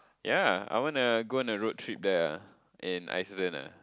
ya I wanna go on a road trip there in Iceland ah